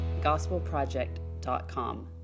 gospelproject.com